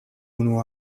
unu